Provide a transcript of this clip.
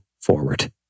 forward